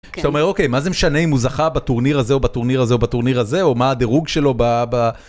אתה אומר אוקיי, מה זה משנה אם הוא זכה בטורניר הזה, או בטורניר הזה, או בטורניר הזה, או מה הדירוג שלו ב...